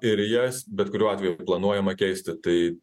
ir jas bet kuriuo atveju planuojama keisti tai